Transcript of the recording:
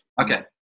Okay